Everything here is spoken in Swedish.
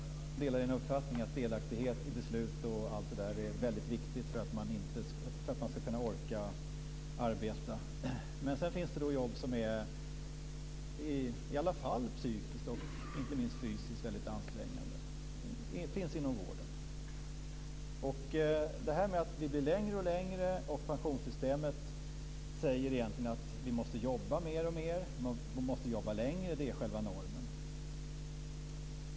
Herr talman! Jag delar den uppfattningen. Delaktighet i beslut och sådant är väldigt viktigt för att man ska orka att arbeta. Sedan finns det jobb som i alla fall är psykiskt och fysiskt ansträngande, t.ex. inom vården. Vi blir äldre och äldre, och pensionssystemet säger att vi måste jobba längre, det är normen.